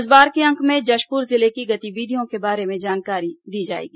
इस बार के अंक में जशपुर जिले की गतिविधियों के बारे में जानकारी दी जाएगी